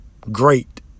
great